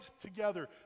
together